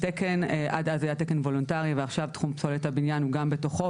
התקן עד אז היה תקן וולונטרי ועכשיו תחום פסולת הבניין גם בתוכו.